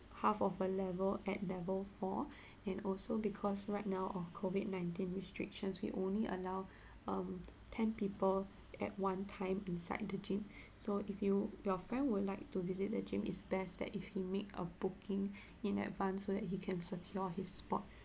half of a level at level four and also because right now of COVID nineteen restrictions we only allow um ten people at one time inside the gym so if you your friend would like to visit the gym it's best that if you make a booking in advanced so that he can secure his spot